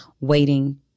waiting